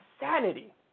insanity